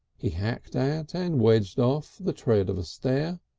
he hacked at, and wedged off, the tread of a stair.